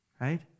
right